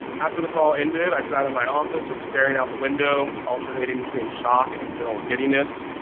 after the call ended, i sat in my office, sort of staring out the window, alternating between shock and general giddiness.